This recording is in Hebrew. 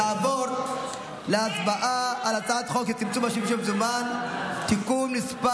נעבור להצבעה על הצעת חוק לצמצום השימוש במזומן (תיקון מס'